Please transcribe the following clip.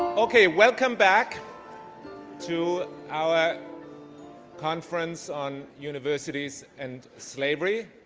ok, welcome back to our conference on universities and slavery.